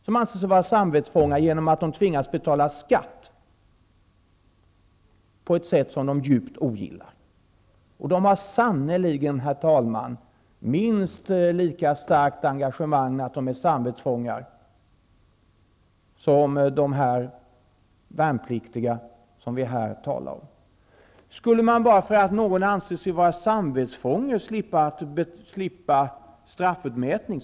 De anser sig vara samvetsfångar t.ex. därför att de tvingas betala skatt på ett sätt som de djupt ogillar. De är sannerligen, herr talman, minst lika starkt övertygade om att de är samvetsfångar som de värnpliktiga som vi här talar om. Skulle man bara därför att man anser sig vara samvetsfånge slippa straffutmätning?